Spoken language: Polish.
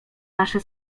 nasze